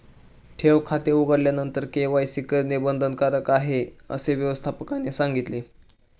ठेव खाते उघडल्यानंतर के.वाय.सी करणे बंधनकारक आहे, असे व्यवस्थापकाने सांगितले